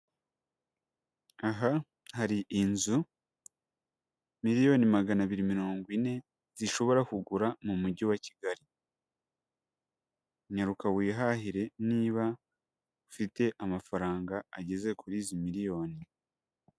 Aha hari inzu, miliyoni magana abiri mirongo ine zishobora kugura mu mujyi wa Kigali, nyaruka wihahire niba ufite amafaranga ageze kuri izi miliyoni.